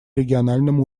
региональном